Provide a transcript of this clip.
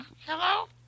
Hello